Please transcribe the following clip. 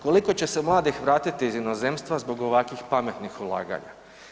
Koliko će se mladih vratiti iz inozemstva zbog ovakvih pametnih ulaganja?